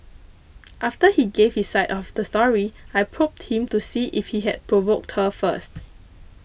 after he gave his side of the story I probed him to see if he had provoked her first